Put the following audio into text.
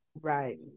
Right